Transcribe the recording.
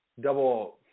double